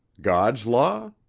god's law?